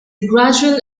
gradual